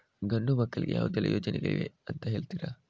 ಗಂಡು ಮಕ್ಕಳಿಗೆ ಯಾವೆಲ್ಲಾ ಯೋಜನೆಗಳಿವೆ ಅಂತ ಹೇಳ್ತೀರಾ?